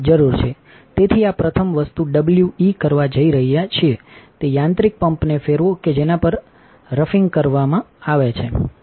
તેથી પ્રથમ વસ્તુ ડબલ્યુઇ કરવા જઇ રહ્યા છે તે યાંત્રિક પંપને ફેરવો કે જેના પર રફિંગ કહેવામાં આવે છે